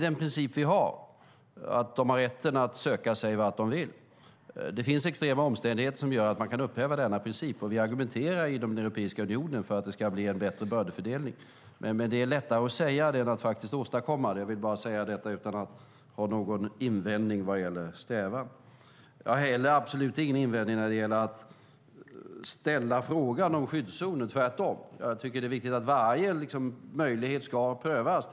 Den princip vi har är att de har rätten att söka sig vart de vill. Det finns extrema omständigheter som gör att man kan upphäva denna princip, och vi argumenterar i den europeiska unionen för att det ska bli en bättre bördefördelning. Men det är lättare att säga än att åstadkomma det. Jag vill bara säga det utan att ha någon invändning vad gäller strävan. Jag har heller absolut ingen invändning när det gäller att ställa frågan om skyddszoner, tvärtom. Jag tycker att det är viktigt att varje möjlighet prövas.